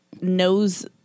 knows